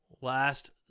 last